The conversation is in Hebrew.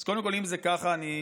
אז קודם כול, אם זה ככה, אני